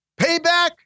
Payback